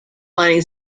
mining